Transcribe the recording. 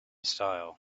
style